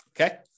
Okay